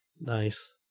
Nice